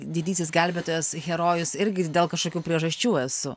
didysis gelbėtojas herojus irgi dėl kažkokių priežasčių esu